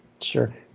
sure